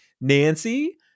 Nancy